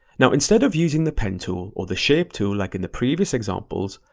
now instead of using the pen tool or the shape tool like in the previous examples,